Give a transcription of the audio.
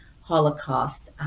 Holocaust